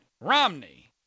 Romney